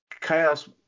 chaos